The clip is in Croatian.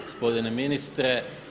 Gospodine ministre.